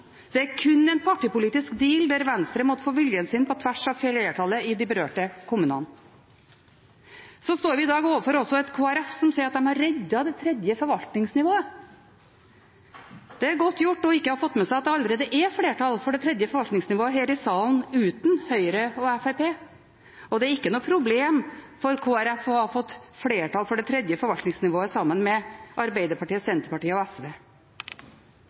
det er kun en partipolitisk deal der Venstre måtte få viljen sin på tvers av flertallet i de berørte kommunene. Så står vi i dag også overfor et Kristelig Folkeparti som sier at de har reddet det tredje forvaltningsnivået. Det er godt gjort ikke å ha fått med seg at det allerede er flertall for det tredje forvaltningsnivået her i salen uten Høyre og Fremskrittspartiet, og det er ikke noe problem for Kristelig Folkeparti å ha fått flertall for det tredje forvaltningsnivået sammen med Arbeiderpartiet, Senterpartiet og SV.